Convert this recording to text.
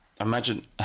Imagine